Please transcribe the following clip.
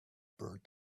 burned